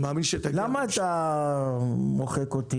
למה אתה מוחק אותי?